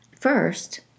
First